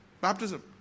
baptism